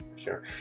sure